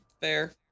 Fair